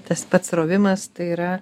tas pats rovimas tai yra